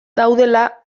daudela